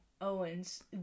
Owens